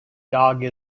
dog